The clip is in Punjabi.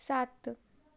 ਸੱਤ